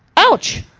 ouch!